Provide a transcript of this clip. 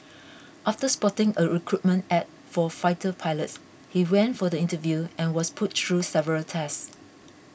after spotting a recruitment ad for fighter pilots he went for the interview and was put through several tests